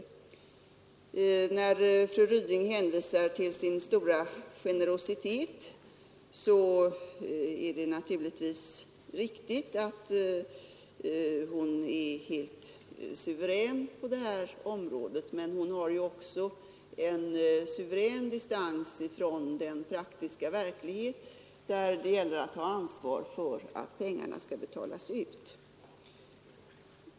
Fru Ryding hänvisade till sin stora generositet. Det är naturligtvis riktigt att hon är helt suverän på det området, men hon har ju också en suverän distans till den praktiska verkligheten, där det gäller att ha ansvar för att pengarna också betalas ut.